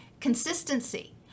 consistency